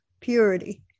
purity